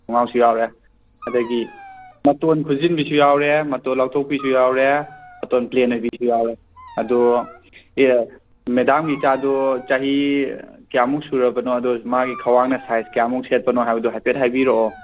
ꯈꯣꯡꯒꯥꯎꯁꯨ ꯌꯥꯎꯔꯦ ꯑꯗꯒꯤ ꯃꯇꯣꯟ ꯈꯨꯖꯤꯟꯕꯤꯁꯨ ꯌꯥꯎꯔꯦ ꯃꯇꯣꯟ ꯂꯥꯎꯊꯣꯛꯄꯤꯁꯨ ꯌꯥꯎꯔꯦ ꯃꯇꯣꯟ ꯄ꯭ꯂꯦꯟ ꯑꯣꯏꯕꯤꯁꯨ ꯌꯥꯎꯔꯦ ꯑꯗꯣ ꯑꯦ ꯃꯦꯗꯥꯝꯒꯤ ꯏꯆꯥꯗꯨ ꯆꯍꯤ ꯀꯌꯥꯃꯨꯛ ꯁꯨꯔꯕꯅꯣ ꯑꯗꯣ ꯃꯥꯒꯤ ꯈ꯭ꯋꯥꯡꯅ ꯁꯥꯏꯖ ꯀꯌꯥꯃꯨꯛ ꯁꯦꯠꯄꯅꯣ ꯍꯥꯏꯕꯗꯣ ꯍꯥꯏꯐꯦꯠ ꯍꯥꯏꯔꯤꯕꯛꯑꯣ